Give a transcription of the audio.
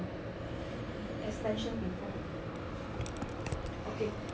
as mentioned before okay